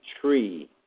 tree